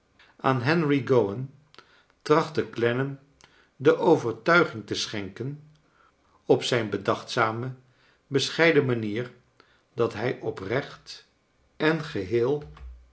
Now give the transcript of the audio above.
aan henry gowan trachtte clennam de overtuiging te schenken op zijn bedachtzame beseheiden manier dat hij oprecht en geheel